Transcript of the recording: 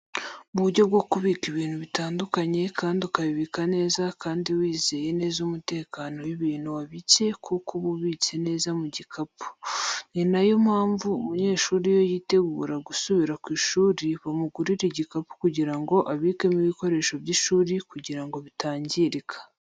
Mu buryo bwo kubika ibintu bitandukanye kandi ukabibika neza kandi wizeye neza umutekano w'ibintu wabitse kuko uba ubitse neza mu gikapu. Ni na yo mpamvu umunyeshuri iyo yitegura gusubira ku ishuri bamugurira igikapu kugira ngo abikemo ibikoresho by'ishuri kugira ngo bitangirika.